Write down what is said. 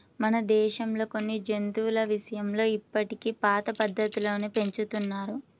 మన దేశంలో కొన్ని జంతువుల విషయంలో ఇప్పటికీ పాత పద్ధతుల్లోనే పెంచుతున్నారు